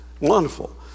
Wonderful